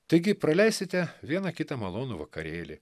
taigi praleisite vieną kitą malonų vakarėlį